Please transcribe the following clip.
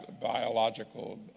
biological